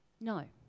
No